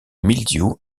mildiou